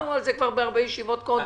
ודיברנו על זה הרבה פעמים קודם.